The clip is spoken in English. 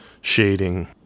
Shading